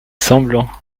semblant